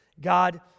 God